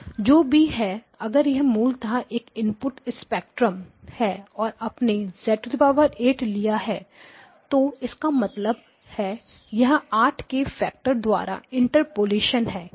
जो भी है अगर यह मूलतः एक इनपुट स्पेक्ट्रम है और अपने z8 लिया है तो इसका मतलब है यह 8 के फैक्टर द्वारा इंटरपोलेशन है